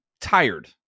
tired